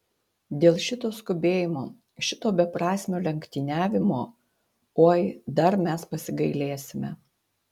dėl šito skubėjimo šito beprasmio lenktyniavimo oi dar mes pasigailėsime